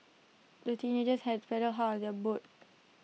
the teenagers had paddled hard their boat